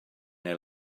neu